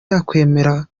yakwemera